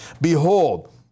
behold